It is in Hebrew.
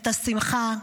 את השמחה,